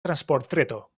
transportreto